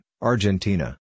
Argentina